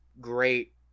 Great